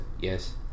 yes